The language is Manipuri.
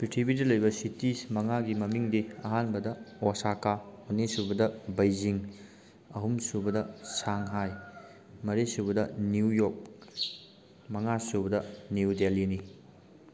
ꯄ꯭ꯔꯤꯊꯤꯕꯤꯗ ꯂꯩꯔꯤꯕ ꯁꯤꯇꯤꯁ ꯃꯉꯥꯒꯤ ꯃꯃꯤꯡꯗꯤ ꯑꯍꯥꯟꯕꯗ ꯑꯣꯁꯥꯀꯥ ꯑꯅꯤꯁꯨꯕꯗ ꯕꯩꯖꯤꯡ ꯑꯍꯨꯝꯁꯨꯕꯗ ꯁꯥꯡꯍꯥꯏ ꯃꯔꯤꯁꯨꯕꯗ ꯅ꯭ꯌꯨ ꯌꯣꯛ ꯃꯉꯥꯁꯨꯕꯗ ꯅ꯭ꯌꯨ ꯗꯦꯜꯂꯤꯅꯤ